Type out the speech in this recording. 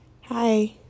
Hi